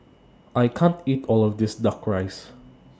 I can't eat All of This Duck Rice